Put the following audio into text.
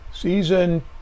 Season